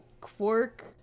Quark